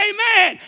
Amen